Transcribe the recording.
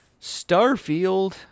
Starfield